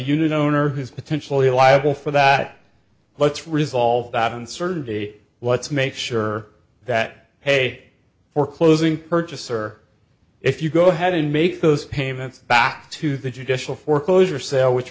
unit owner who's potentially liable for that let's resolve that uncertainty let's make sure that hey foreclosing purchaser if you go ahead and make those payments back to the judicial foreclosure sale which